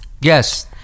Yes